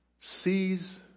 sees